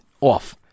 off